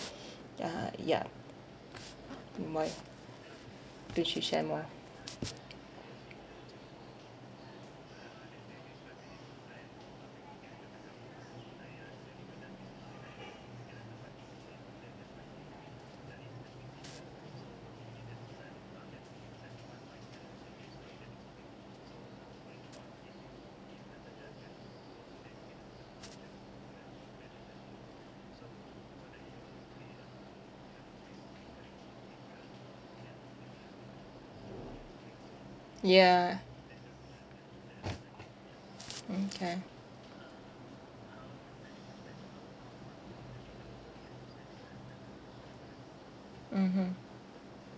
uh yup in my two three sem lah yeah mm kay mmhmm